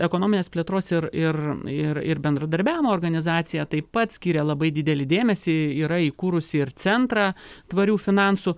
ekonominės plėtros ir ir ir ir bendradarbiavimo organizacija taip pat skiria labai didelį dėmesį yra įkūrusi ir centrą tvarių finansų